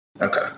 Okay